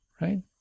right